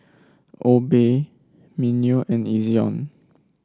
Obey Mimeo and Ezion